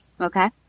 Okay